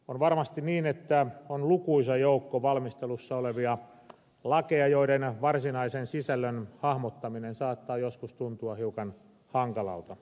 on varmasti niin että on lukuisa joukko valmistelussa olevia lakeja joiden varsinaisen sisällön hahmottaminen saattaa joskus tuntua hiukan hankalalta